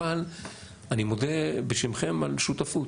אבל אני מודה בשמכם על שותפות.